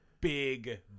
big